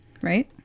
right